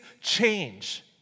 change